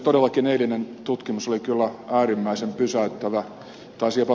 todellakin eilinen tutkimus oli kyllä äärimmäisen pysäyttävä